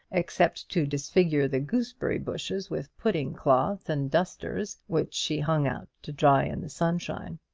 except to disfigure the gooseberry-bushes with pudding-cloths and dusters, which she hung out to dry in the sunshine.